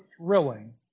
thrilling